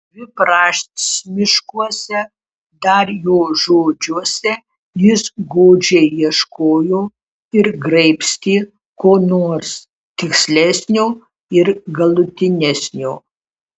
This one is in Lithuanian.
dviprasmiškuose dar jo žodžiuose jis godžiai ieškojo ir graibstė ko nors tikslesnio ir galutinesnio